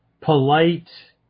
polite